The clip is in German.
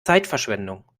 zeitverschwendung